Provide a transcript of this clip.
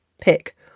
pick